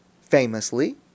famously